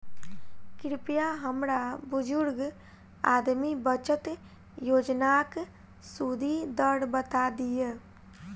कृपया हमरा बुजुर्ग आदमी बचत योजनाक सुदि दर बता दियऽ